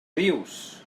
dius